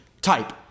type